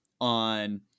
on